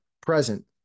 Present